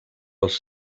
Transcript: als